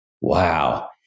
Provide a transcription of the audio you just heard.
Wow